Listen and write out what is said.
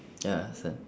ya understand